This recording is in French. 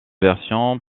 versions